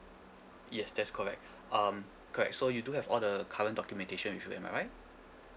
yes that's correct um correct so you do have all the current documentation with you am I right